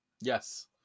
Yes